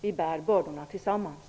Vi bär bördorna tillsammans.